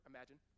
Imagine